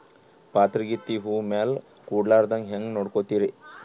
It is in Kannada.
ಪಾತರಗಿತ್ತಿ ಹೂ ಮ್ಯಾಲ ಕೂಡಲಾರ್ದಂಗ ಹೇಂಗ ನೋಡಕೋತಿರಿ?